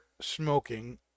smoking